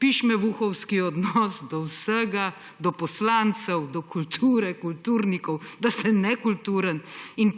pišmevuhovski odnos do vsega, do poslancev, do kulture, kulturnikov, da ste nekulturni.